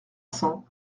cents